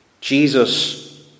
Jesus